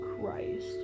Christ